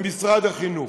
למשרד החינוך.